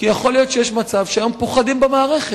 כי יכול להיות שיש מצב שהיום פוחדים במערכת.